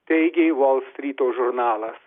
teigė volstryto žurnalas